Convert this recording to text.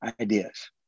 ideas